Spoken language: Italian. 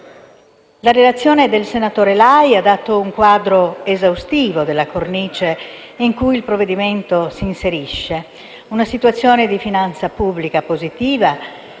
La relazione del senatore Lai ha dato un quadro esaustivo della cornice in cui il provvedimento si inserisce: una situazione di finanza pubblica positiva